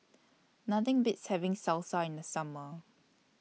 Nothing Beats having Salsa in The Summer